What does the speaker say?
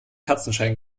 kerzenschein